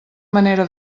manera